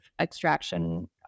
extraction